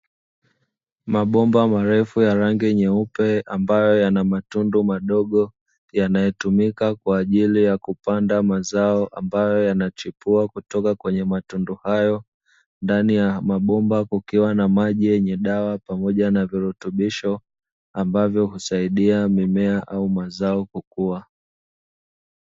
Mabomba marefu ya rangi nyeupe ambayo yana matundu madogo yanayotumika kwa ajili ya kupanda mazao yanayochipua kutoka kwenye matundu hayo, ndani ya mabomba kukiwa na maji yenye dawa pamoja na virutubisho ambavyo husaidia mimea au mazao kukua.